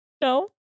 No